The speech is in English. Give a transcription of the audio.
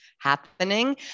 happening